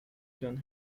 than